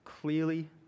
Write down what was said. clearly